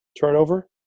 turnover